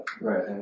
right